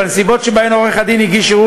בנסיבות שבהן עורך-דין הגיש ערעור